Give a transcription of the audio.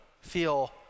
feel